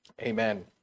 Amen